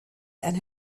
and